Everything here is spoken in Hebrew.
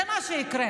זה מה שיקרה.